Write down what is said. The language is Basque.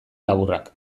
laburrak